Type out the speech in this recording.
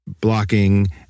blocking